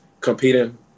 Competing